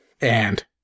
And-